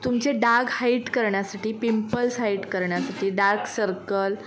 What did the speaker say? तुमचे dark white करण्यासाठी pimples white करण्यासाठी डार्क सर्कल